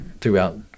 throughout